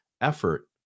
effort